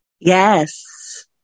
Yes